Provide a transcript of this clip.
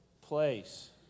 place